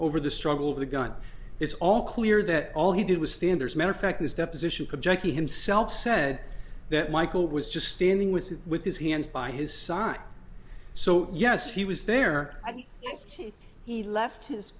over the struggle of the gun it's all clear that all he did was stand there is matter of fact his deposition project he himself said that michael was just standing with him with his hands by his side so yes he was there i think he left his